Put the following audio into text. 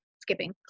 skipping